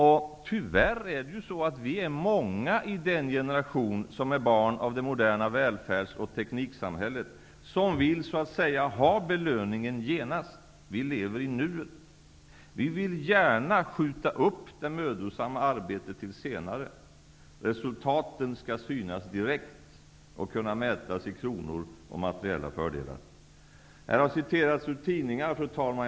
Tyvärr är vi många i den generation som är barn av det moderna välfärdsoch tekniksamhället som vill så att säga ha belöningen genast. Vi lever i nuet. Vi vill gärna skjuta upp det mödosamma arbetet till senare. Resultaten skall synas direkt och kunna mätas i kronor och materiella fördelar. Fru talman! I debatten har det citerats ur olika tidningar.